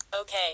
Okay